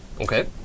Okay